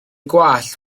gwallt